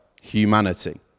humanity